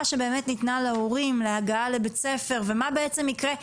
שבאמת ניתנה להורים על הגעה לבית הספר ומה בעצם יקרה,